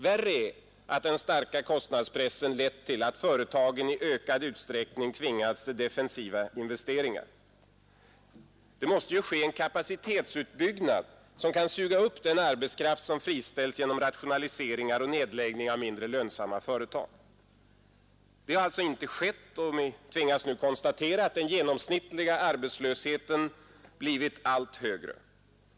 Värre är att den starka kostnadspressen lett till att företagen i ökad utsträckning tvingats till defensiva investeringar. Det måste ju ske en kapacitetsutbyggnad som kan suga upp den arbetskraft som friställts genom rationaliseringar och nedläggning av mindre lönsamma företag. Det har alltså inte skett, och vi tvingas nu konstatera att den genomsnittliga arbetslösheten blivit allt högre.